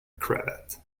cravat